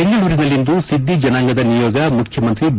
ಬೆಂಗಳೂರಿನಲ್ಲಿಂದು ಸಿದ್ದಿ ಜನಾಂಗದ ನಿಯೋಗ ಮುಖ್ಖಮಂತ್ರಿ ಬಿ